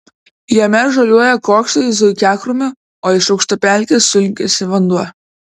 jame žaliuoja kuokštai zuikiakrūmių o iš aukštapelkės sunkiasi vanduo